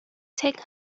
take